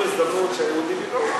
זו הזדמנות שהיהודים ילמדו.